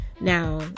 Now